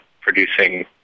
producing